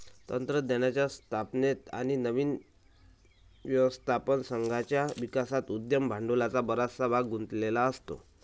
तंत्रज्ञानाच्या स्थापनेत आणि नवीन व्यवस्थापन संघाच्या विकासात उद्यम भांडवलाचा बराचसा भाग गुंतलेला असतो